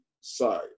side